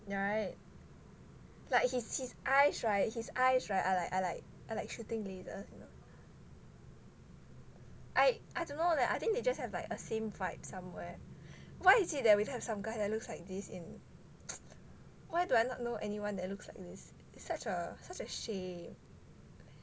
[right] like his his eyes [right] his eyes [right] are like are like are like shooting lasers you know I I don't know leh I think they just have like a same vibe somewhere why is it that we don't have some guys that looks like this in why do I not know anyone that looks like this is such a such a shame